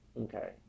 okay